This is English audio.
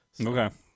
Okay